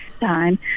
time